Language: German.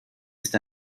ist